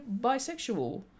bisexual